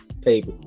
paper